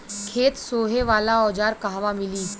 खेत सोहे वाला औज़ार कहवा मिली?